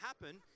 happen